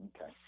Okay